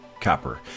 Copper